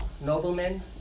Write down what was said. Noblemen